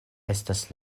estas